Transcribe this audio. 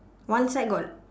one side got